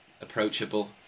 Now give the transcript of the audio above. approachable